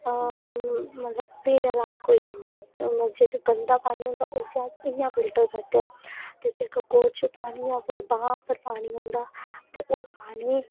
अस मतलब पीनै लाइक होई जंदा डाक्टर जेह्का गंदा पानी होंदा उसी अस इ'यां फिल्टर करदे ते जेह्का कोरजू पानी ऐ अपना कुतै बां उप्पर उप्पर पानी होंदा ते ओह् पानी